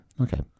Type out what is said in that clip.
Okay